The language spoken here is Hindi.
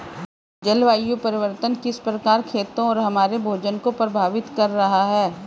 जलवायु परिवर्तन किस प्रकार खेतों और हमारे भोजन को प्रभावित कर रहा है?